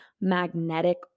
magnetic